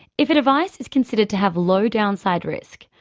if a device is considered to have low downside risk,